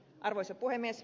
arvoisa puhemies